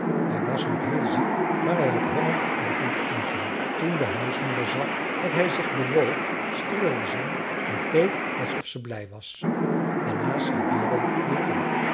hij was nog heel ziek maar hij had honger en begon te eten toen de huismoeder zag dat hij zich bewoog streelde zij hem en keek alsof ze blij was daarna sliep jarro weer in